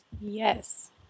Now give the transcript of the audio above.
Yes